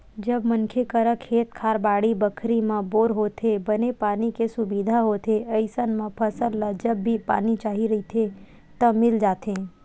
जब मनखे करा खेत खार, बाड़ी बखरी म बोर होथे, बने पानी के सुबिधा होथे अइसन म फसल ल जब भी पानी चाही रहिथे त मिल जाथे